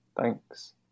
thanks